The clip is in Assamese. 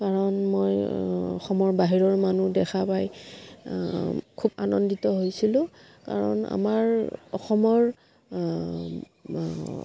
কাৰণ মই অসমৰ বাহিৰৰ মানুহ দেখা পাই খুব আনন্দিত হৈছিলোঁ কাৰণ আমাৰ অসমৰ